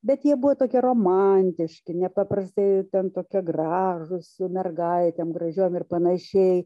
bet jie buvo tokie romantiški nepaprastai ten tokie gražūs su mergaitėm gražiom ir panašiai